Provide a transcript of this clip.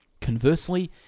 Conversely